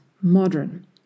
modern